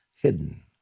hidden